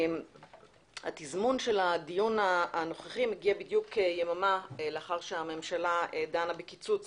התזמון של הדיון הנוכחי מגיע בדיוק יממה לאחר שהממשלה דנה בקיצוץ